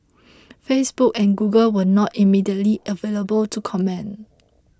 Facebook and Google were not immediately available to comment